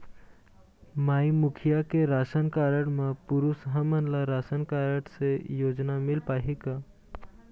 माई मुखिया के ration card म पुरुष हमन ला राशन कारड से योजना मिल पाही का?